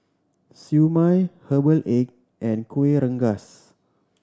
Siew Mai herbal egg and Kuih Rengas